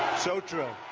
so true.